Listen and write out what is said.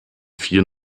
vier